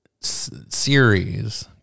series